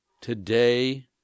Today